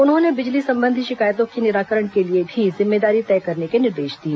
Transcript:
उन्होंने बिजली संबंधी शिकायतों के निराकरण के लिए भी जिम्मेदारी तय करने के निर्देश दिए